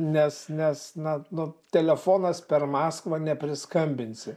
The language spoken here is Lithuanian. nes nes na nu telefonas per maskvą nepriskambinsi